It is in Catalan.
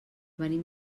venim